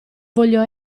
voglio